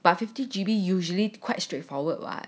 but fifty G_B usually quite straightforward [what]